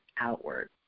outward